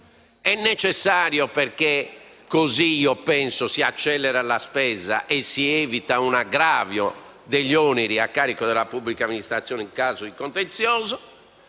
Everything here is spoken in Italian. È necessario perché così, penso, si accelera la spesa e si evita un aggravio degli oneri a carico della pubblica amministrazione in caso di contenzioso.